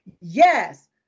Yes